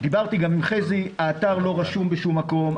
דיברתי גם עם חזי האתר לא רשום בשום מקום,